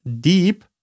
deep